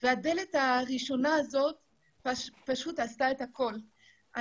והדלת הראשונה הזאת עשתה את הכול.